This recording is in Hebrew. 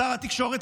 שר התקשורת,